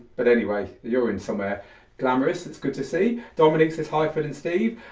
but anyway you're in somewhere glamorous it's good to see. dominic says, hi phil and steve.